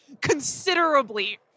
considerably